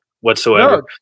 whatsoever